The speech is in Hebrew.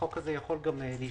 החוק הזה יכול השתנות.